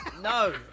no